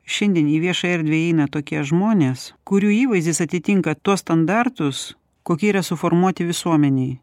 šiandien į viešąją erdvę įeina tokie žmonės kurių įvaizdis atitinka tuos standartus kokie yra suformuoti visuomenėj